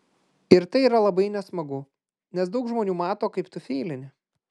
ir tai yra labai nesmagu nes daug žmonių mato kaip tu feilini